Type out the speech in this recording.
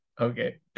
Okay